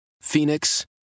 Phoenix